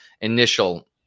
initial